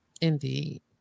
Indeed